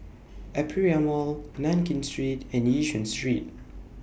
Aperia Mall Nankin Street and Yishun Street